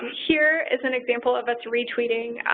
here is an example of us retweeting